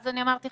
אז אני אמרתי,